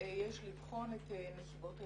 יש לבחון את נסיבות העניין.